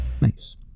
nice